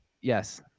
Yes